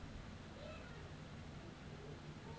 ভারতে চাষ আর কিষিকাজ পর্যায়ে প্যত্তেক রাজ্যে হ্যয়